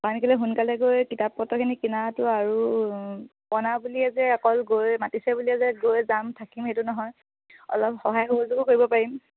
কাৰণ কেলেই সোনকালে গৈ কিতাপ পত্ৰখিনি কিনাটো আৰু পুৰণা বুলিয়ে যে অকল গৈ মাতিছে বুলিয়ে যে গৈ যাম থাকিম সেইটো নহয় অলপ সহায় সহযোগো কৰিব পাৰিম